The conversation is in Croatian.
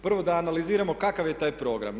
Prvo da analiziramo kakav je taj program.